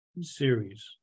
series